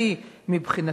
בעייתי מבחינתי.